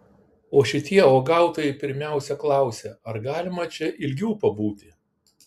o šitie uogautojai pirmiausia klausia ar galima čia ilgiau pabūti